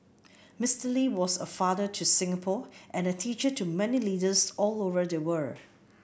Mister Lee was a father to Singapore and a teacher to many leaders all over the world